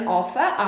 offer